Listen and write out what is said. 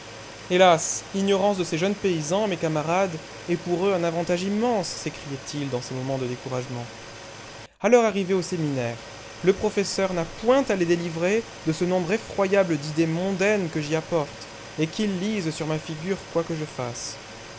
hélas l'ignorance de ces jeunes paysans mes camarades est pour eux un avantage immense s'écriait-il dans ses moments de découragement a leur arrivée au séminaire le professeur n'a point à les délivrer de ce nombre effroyable d'idées mondaines que j'y apporte et qu'ils lisent sur ma figure quoi que je fasse